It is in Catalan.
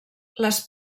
les